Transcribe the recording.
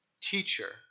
teacher